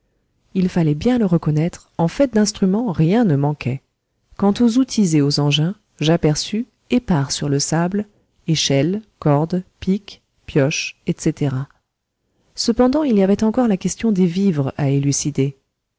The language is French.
il fallait bien le reconnaître en fait d'instruments rien ne manquait quant aux outils et aux engins j'aperçus épars sur le sable échelles cordes pics pioches etc cependant il y avait encore la question des vivres à élucider